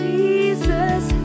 Jesus